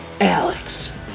Alex